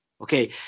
okay